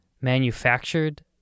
manufactured